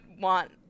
want